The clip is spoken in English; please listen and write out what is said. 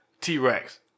T-Rex